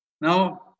Now